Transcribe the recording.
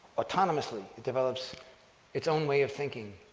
autonomously it develops its own way of thinking,